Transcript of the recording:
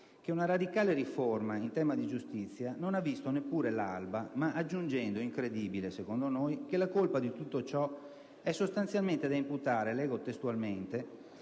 che una radicale riforma in tema di giustizia non ha visto neppure l'alba e aggiungendo - incredibile - che la colpa di tutto ciò è sostanzialmente da imputare - cito testualmente